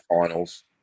finals